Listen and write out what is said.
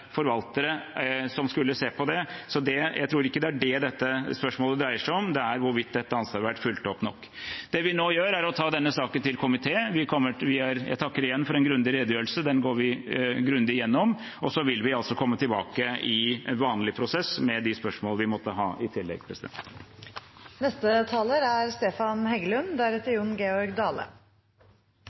forvaltere skulle se på det. Så jeg tror ikke det er det dette spørsmålet dreier seg om. Det er hvorvidt dette ansvaret har vært fulgt opp nok. Det vi nå gjør, er å ta denne saken til komité. Jeg takker igjen for en grundig redegjørelse, den går vi grundig gjennom, og så vil vi komme tilbake i vanlig prosess med de spørsmål vi måtte ha i tillegg.